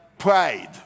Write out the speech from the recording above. pride